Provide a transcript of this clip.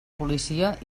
policia